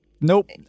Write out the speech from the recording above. Nope